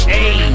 Hey